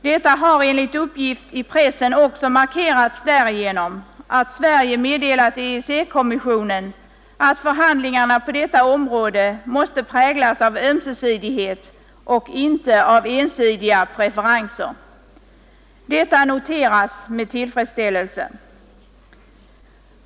Detta har enligt uppgift i pressen också markerats därigenom att Sverige meddelat EEC-kommissionen, att förhandlingarna på detta område måste präglas av ömsesidighet och inte av ensidiga preferenser. Detta noteras med tillfredsställelse.